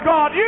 God